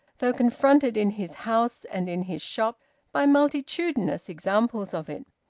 though confronted in his house and in his shop by multitudinous examples of it.